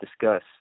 Discuss